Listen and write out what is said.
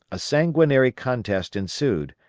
a sanguinary contest ensued,